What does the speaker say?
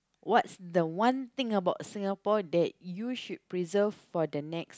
what the one thing about Singapore that you should preserve for the next